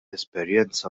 esperjenza